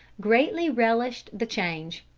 greatly relished the change.